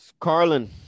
Carlin